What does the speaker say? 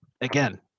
Again